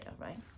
right